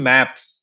Maps